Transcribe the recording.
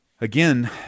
Again